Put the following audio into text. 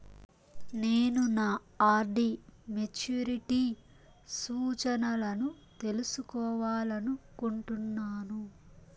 నేను నా RD maturity సూచనలను తెలుసుకోవాలనుకుంటున్నాను